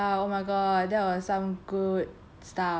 oh ya oh my god that was some good